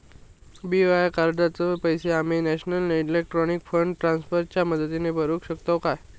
BOI कार्डाचे पैसे आम्ही नेशनल इलेक्ट्रॉनिक फंड ट्रान्स्फर च्या मदतीने भरुक शकतू मा?